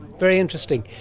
very interesting.